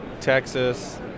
Texas